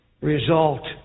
result